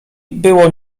było